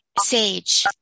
sage